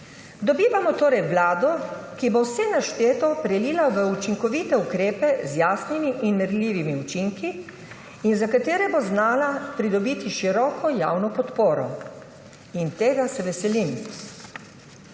Dobivamo torej vlado, ki bo vse našteto prelila v učinkovite ukrepe z jasnimi in merljivimi učinki, za katere bo znala pridobiti široko javno podporo, in tega se veselim.